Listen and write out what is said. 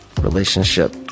relationship